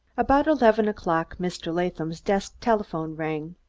about eleven o'clock mr. latham's desk telephone rang.